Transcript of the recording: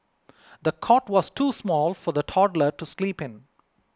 the cot was too small for the toddler to sleep in